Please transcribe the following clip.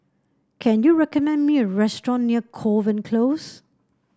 can you recommend me a restaurant near Kovan Close